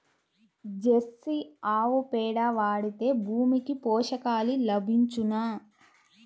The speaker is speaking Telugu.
జెర్సీ ఆవు పేడ వాడితే భూమికి పోషకాలు లభించునా?